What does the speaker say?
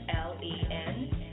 L-E-N